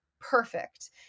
perfect